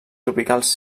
tropicals